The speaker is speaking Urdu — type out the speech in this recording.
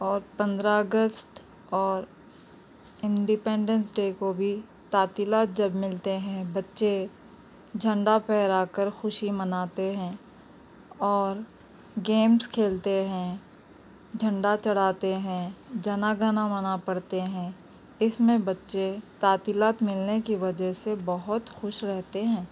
اور پندرہ اگست اور انڈپینڈینس ڈے کو بھی تعطیلات جب ملتے ہیں بچے جھنڈا پھہرا کر خوشی مناتے ہیں اور گیمس کھیلتے ہیں جھنڈا چڑھاتے ہیں جن گن من پڑھتے ہیں اس میں بچے تعطیلات ملنے کی وجہ سے بہت خوش رہتے ہیں